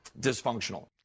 dysfunctional